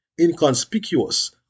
inconspicuous